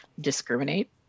discriminate